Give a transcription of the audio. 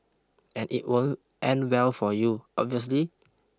and it won't end well for you obviously